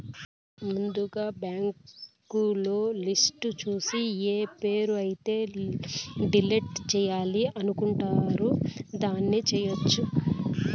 ముందుగా బ్యాంకులో లిస్టు చూసి ఏఏ పేరు అయితే డిలీట్ చేయాలి అనుకుంటారు దాన్ని చేయొచ్చు